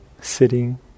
Sitting